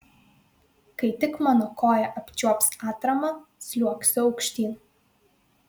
kai tik mano koja apčiuops atramą sliuogsiu aukštyn